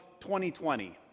2020